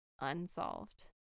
Unsolved